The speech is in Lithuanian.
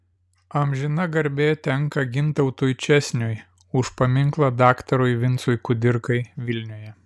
amžina garbė tenka gintautui česniui už paminklą daktarui vincui kudirkai vilniuje